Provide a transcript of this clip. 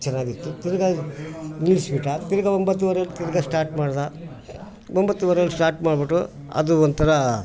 ಚೆನ್ನಾಗಿತ್ತು ತಿರ್ಗಿ ನಿಲ್ಸಿ ಬಿಟ್ಟಾ ತಿರ್ಗಿ ಒಂಬತ್ತುವರೆ ತಿರ್ಗಿ ಸ್ಟಾಟ್ ಮಾಡಿದ ಒಂಬತ್ತುವರೆಲಿ ಸ್ಟಾಟ್ ಮಾಡಿಬಿಟ್ಟು ಅದು ಒಂಥರಾ